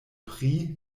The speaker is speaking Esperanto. pri